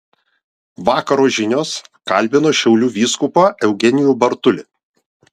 vakaro žinios kalbina šiaulių vyskupą eugenijų bartulį